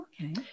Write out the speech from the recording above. okay